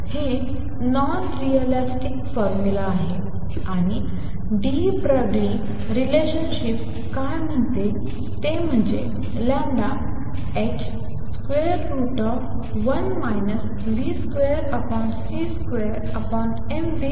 हे non relativistic formula आहे आणि डी ब्रोग्ली रिलेशनशिप काय म्हणते ते म्हणजे लॅम्बडा h1 v2c2mv